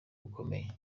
bukomeye